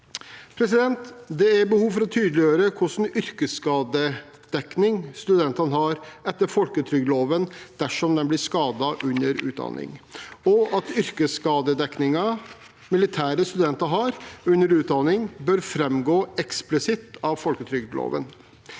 Det er behov for å tydeliggjøre hvilken yrkesskadedekning studentene har etter folketrygdloven dersom de blir skadet under utdanning, og yrkesskadedekningen de militære studentene har under utdanningen, bør framgå eksplisitt av folketrygdloven.